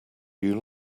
you